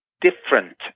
different